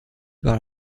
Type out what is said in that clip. par